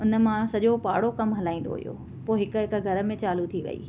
उन मां सॼो पाड़ो कमु हलाईंदो हुयो हुओ पोइ हिकु हिकु घर में चालू थी वई